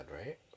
right